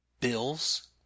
Bill's